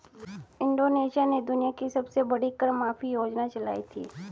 Indonesia ने दुनिया की सबसे बड़ी कर माफी योजना चलाई थी